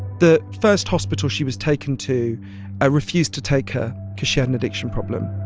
the first hospital she was taken to ah refused to take her cause she had an addiction problem.